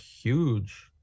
huge